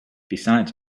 besides